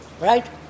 Right